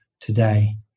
today